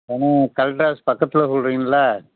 ஏன்னா collector office பக்கத்தில் சொல்கிறிங்கள்ல